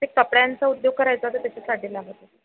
ते कपड्यांचा उद्योग करायचा तर त्याच्यासाठी लागतं आहे